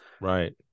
Right